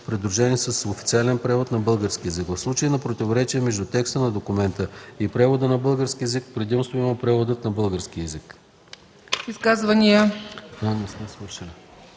придружени с официален превод на български език. В случай на противоречие между текста на документа и превода на български език предимство има преводът на български език. (7)